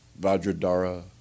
Vajradhara